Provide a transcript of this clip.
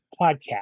podcast